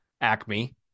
Acme